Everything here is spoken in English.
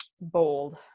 bold